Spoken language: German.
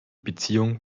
beziehung